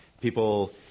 people